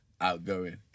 outgoing